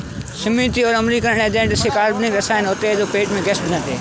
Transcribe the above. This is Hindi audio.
सीमित और अम्लीकरण एजेंट ऐसे अकार्बनिक रसायन होते हैं जो पेट में गैस बनाते हैं